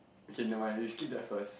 okay never mind we skip that first